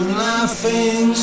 laughing